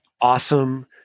Awesome